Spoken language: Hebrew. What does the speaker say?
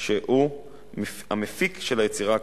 שהוא המפיק של היצירה הקולנועית.